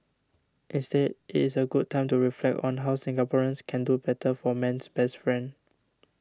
instead is a good time to reflect on how Singaporeans can do better for man's best friend